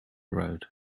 road